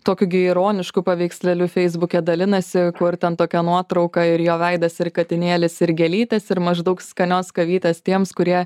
tokiu gi ironišku paveikslėliu feisbuke dalinasi kur ten tokia nuotrauka ir jo veidas ir katinėlis ir gėlytes ir maždaug skanios kavytės tiems kurie